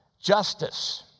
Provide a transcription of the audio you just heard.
justice